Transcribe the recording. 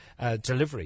delivery